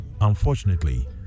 Unfortunately